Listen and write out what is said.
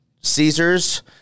Caesars